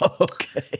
Okay